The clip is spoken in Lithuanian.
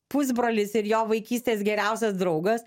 pusbrolis ir jo vaikystės geriausias draugas